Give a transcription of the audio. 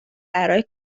برای